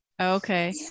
okay